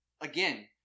again